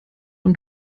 und